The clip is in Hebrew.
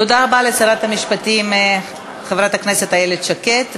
תודה רבה לשרת המשפטים חברת הכנסת איילת שקד.